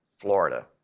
Florida